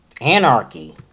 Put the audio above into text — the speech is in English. Anarchy